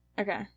okay